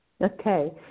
Okay